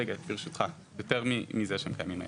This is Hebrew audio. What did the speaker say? ברשותך, יותר מזה שהם קיימים היום.